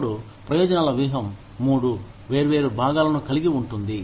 ఇప్పుడు ప్రయోజనాల వ్యూహం 3 వేర్వేరు భాగాలను కలిగి ఉంటుంది